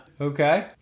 Okay